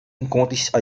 encontra